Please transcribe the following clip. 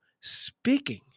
speaking